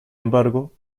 embargo